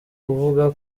kuvuga